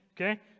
Okay